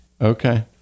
Okay